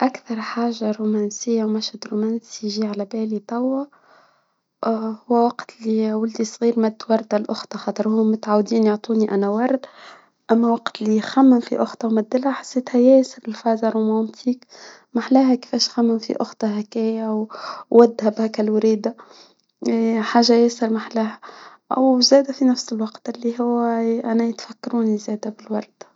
اكثر حاجة رومانسية مشهد رومانسي يجي على بالي توا اه هو وقت لي ولدي صغير مد وردة لاخته خضره وهم متعودين يعطوني انا ورد اما وقت لي يخمم في اخته ومدلها حسيتها ياسر فازا رمانتيك ما احلاها كفاش في اخته هكايا ودها بهاكا الوريده حاجة يسا محلاها. او زادا في نفس الوقت اللي هو انا يتفكروني في هذا بالورد.